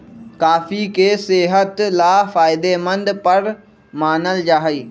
coffee के सेहत ला फायदेमंद पर मानल जाहई